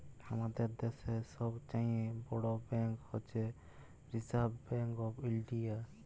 আমাদের দ্যাশের ছব চাঁয়ে বড় ব্যাংক হছে রিসার্ভ ব্যাংক অফ ইলডিয়া